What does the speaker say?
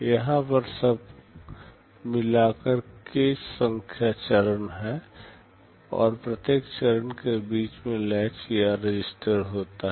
यहाँ पर सब मिला कर k संख्या चरण है और प्रत्येक चरण के बीच में लेच या रजिस्टर होता है